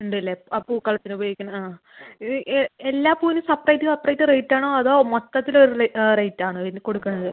ഉണ്ട് അല്ലെ ആ പൂക്കളത്തിന് ഉപയോഗിക്കുന്ന് ആ ഇത് എല്ലാ പൂവിനും സെപ്പറേറ്റ് സെപ്പറേറ്റ് റേറ്റ് ആണോ അതോ മൊത്തത്തില് ഒര് റേറ്റ് ആണോ ഇത് കൊടുക്കണത്